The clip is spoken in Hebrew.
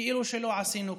כאילו שלא עשינו כלום.